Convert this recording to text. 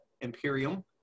Imperium